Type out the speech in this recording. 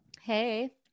Hey